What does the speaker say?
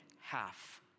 half